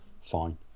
fine